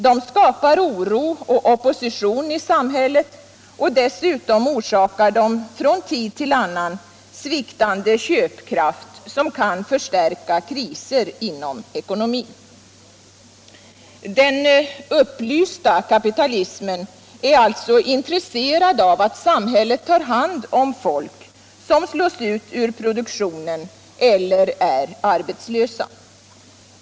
De skapar oro och opposition i samhället, och dessutom orsakar de från tid till annan sviktande köpkraft, som kan förstärka kriser inom ckonomin. Den upplysta kapitalismen är alltså intresserad av att samhället tar hand om människor som slås ut ur produktionen eller är arbetslösa.